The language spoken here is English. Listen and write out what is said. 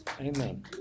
amen